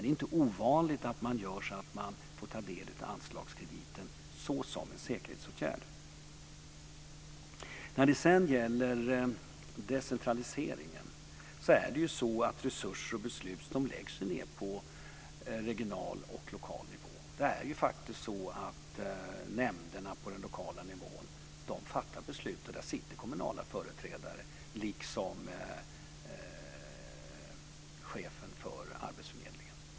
Det är inte ovanligt att man får ta del av anslagskrediten som en säkerhetsåtgärd. Så några ord om decentraliseringen. Resurser och beslut läggs på regional och lokal nivå. Nämnderna på den lokala nivån fattar beslut. Där sitter kommunala företrädare, liksom chefen för arbetsförmedlingen.